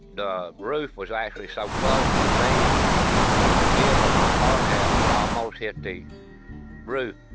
the roof was actually so close to me that the bib of my hard hat would almost hit the roof